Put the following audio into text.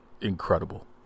Incredible